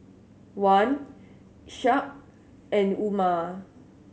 Wan Ishak and Umar